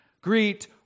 Greet